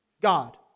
God